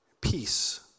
peace